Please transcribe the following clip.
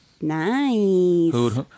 Nice